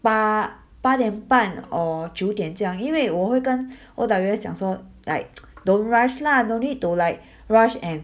八八点半 or 九点这样因为我会跟 all the rest 讲说 like don't rush lah don't need to like rush and